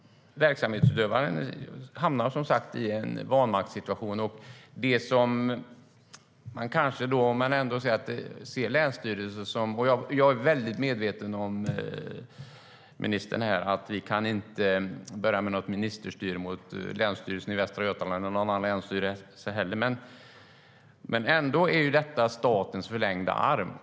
Verksamhetsutövaren hamnar som sagt i en vanmaktssituation. Jag är medveten, ministern, om att vi inte kan börja med ministerstyre mot Länsstyrelsen i Västra Götaland eller någon annan länsstyrelse heller. Men detta är ändå statens förlängda arm.